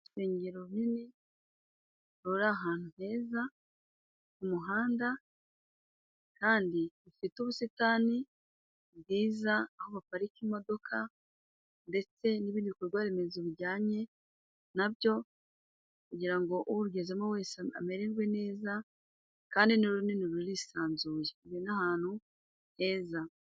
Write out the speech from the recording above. Urusengero runini ruri ahantu heza k' umuhanda kandi rufite ubusitani bwiza, aho haparika imodoka ndetse n'ibindi bikorwaremezo bijyanye na byo, kugira ngo urugezemo wese amererwe neza kandi ni runini rurisanzuye ruri n'ahantu heza.